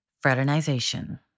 Fraternization